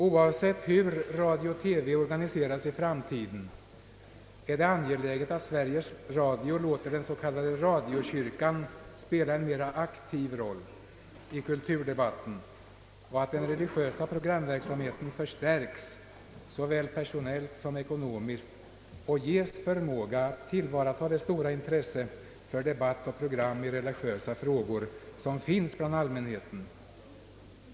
Oavsett hur radio-TV organiseras i framtiden är det angeläget att Sveriges Radio låter den s.k. radiokyrkan spela en mera aktiv roll i kulturdebatten och att den religiösa programverksamheten förstärks såväl personellt som ekonomiskt och ges förmåga att tillvarataga det stora intresse för debatt och program i religiösa frågor som finns bland allmänheten.